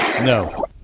No